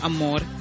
Amor